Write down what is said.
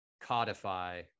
codify